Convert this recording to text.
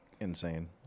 insane